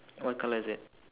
what colour is it